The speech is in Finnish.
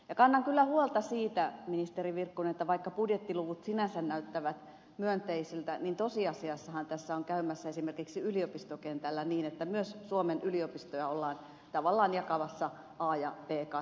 kannan kyllä huolta siitä ministeri virkkunen että vaikka budjettiluvut sinänsä näyttävät myönteisiltä niin tosiasiassahan tässä on käymässä esimerkiksi yliopistokentällä niin että myös suomen yliopistoja ollaan tavallaan jakamassa a ja b kastiin